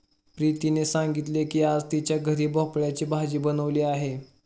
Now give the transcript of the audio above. प्रीतीने सांगितले की आज तिच्या घरी भोपळ्याची भाजी बनवली आहे